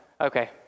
okay